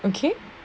okay